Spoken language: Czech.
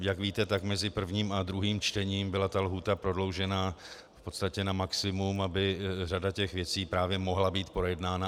Jak víte, tak mezi prvním a druhým čtením byla ta lhůta prodloužena na maximum, aby řada těch věcí právě mohla být projednána.